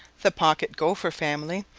the pocket gopher family,